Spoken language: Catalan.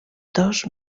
dos